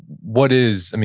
what is,